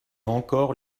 encore